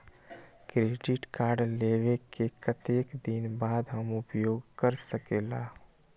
Credit card लेबे के कतेक दिन बाद हम उपयोग कर सकेला?